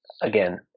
again